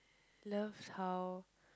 love how